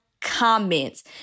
comments